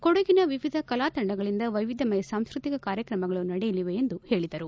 ಕೊಡಗಿನ ವಿವಿಧ ಕಲಾ ತಂಡಗಳಿಂದ ವೈವಿಧ್ಯಮಯ ಸಾಂಸ್ಕತಿಕ ಕಾರ್ಯಕ್ರಮಗಳು ನಡೆಯಲಿವೆ ಎಂದು ಹೇಳಿದರು